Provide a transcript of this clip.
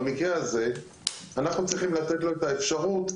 במקרה הזה אנחנו צריכים לתת לו את האפשרות.